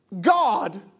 God